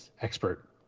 expert